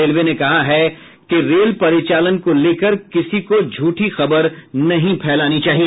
railway ने कहा है कि रेल परिचालन को लेकर किसी को झूठी खबर नहीं फैलानी चाहिए